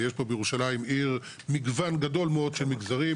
ויש בירושלים מגוון גדול מאוד של מגזרים,